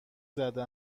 زده